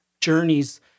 journeys